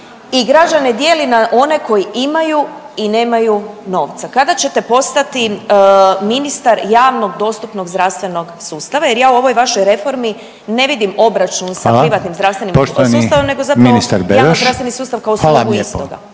i građane dijeli na one koji imaju i nemaju novca? Kada ćete postati ministar javnog dostupnog zdravstvenog sustava jer ja u ovoj vašoj reformi ne vidim …/Upadica Reiner: Hvala./… obračun sa privatnim zdravstvenim …/Upadica Reiner: Poštovani